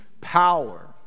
power